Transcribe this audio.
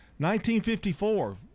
1954